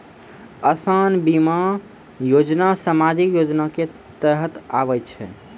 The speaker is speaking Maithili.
असान बीमा योजना समाजिक योजना के तहत आवै छै